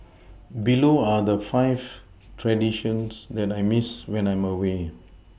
below are the five traditions that I Miss when I'm away